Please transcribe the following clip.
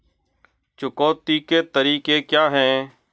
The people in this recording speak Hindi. चुकौती के तरीके क्या हैं?